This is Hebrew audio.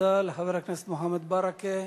תודה לחבר הכנסת מוחמד ברכה.